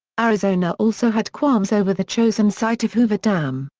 arizona also had qualms over the chosen site of hoover dam,